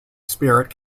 spirit